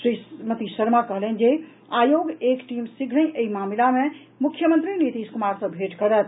श्रीमती शर्मा कहलनि जे आयोग एक टीम शीघ्रहि एहि मामिला मे मुख्यमंत्री नीतीश कुमार सँ भेट करत